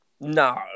No